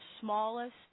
smallest